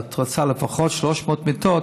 שאת רוצה לפחות 300 מיטות,